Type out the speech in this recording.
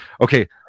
okay